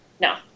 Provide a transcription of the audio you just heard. No